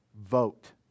Vote